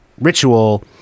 ritual